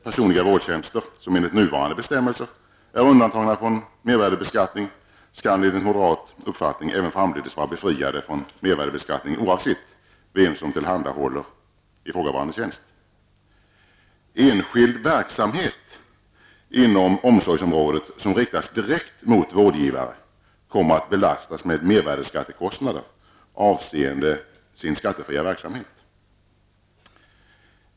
Personliga vårdtjänster som enligt nuvarande bestämmelser är undantagna från mervärdebeskattning skall enligt moderat uppfattning även framdeles vara befriade från mervärdebeskattning, oavsett vem som tillhandahåller ifrågavarande tjänst. Enskild verksamhet inom omsorgsområdet som riktas direkt mot vårdgivare kommer att belastas med mervärdeskattekostnader avseende den skattefria verksamheten.